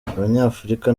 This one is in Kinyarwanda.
abanyafurika